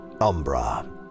Umbra